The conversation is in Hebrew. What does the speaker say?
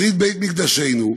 שריד בית-מקדשנו,